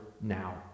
now